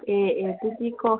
ꯑꯦ ꯑꯦ ꯑꯗꯨꯗꯤꯀꯣ